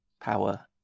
power